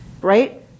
Right